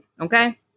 Okay